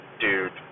dude